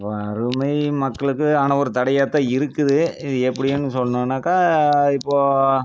வறுமை மக்களுக்கு ஆனால் ஒரு தடையாகத்தான் இருக்குது இது எப்படின்னு சொல்லணுன்னாக்கா இப்போது